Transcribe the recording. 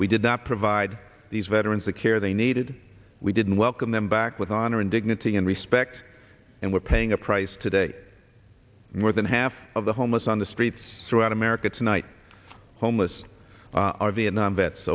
we did not provide these veterans the care they needed we didn't welcome them back with honor and dignity and respect and we're paying a price today more than half of the homeless on the streets throughout america tonight homeless are vietnam vets